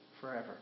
forever